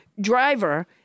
driver